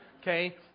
Okay